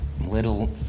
little